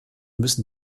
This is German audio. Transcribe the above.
müssen